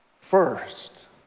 First